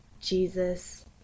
Jesus